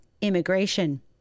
immigration